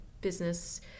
business